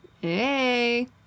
Hey